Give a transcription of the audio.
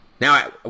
Now